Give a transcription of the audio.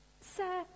Sir